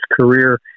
career